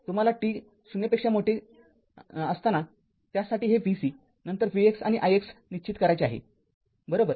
तुम्हाला t 0 साठी हे vcनंतर vx आणि ix निश्चित करायचे आहेबरोबर